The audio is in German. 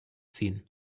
ziehen